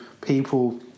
people